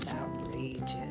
outrageous